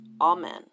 Amen